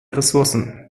ressourcen